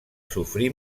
sofrir